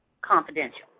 Confidential